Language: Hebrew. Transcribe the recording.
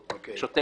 הו-הו,